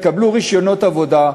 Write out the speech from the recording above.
יקבלו רישיונות עבודה.